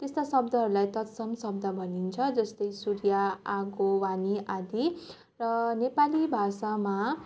त्यस्ता शब्दहरूलाई तत्सम शब्द भनिन्छ जस्तै सूर्य आगो वाणी आदि र नेपाली भाषामा